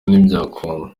ntibyakunda